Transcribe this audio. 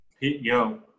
Yo